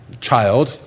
Child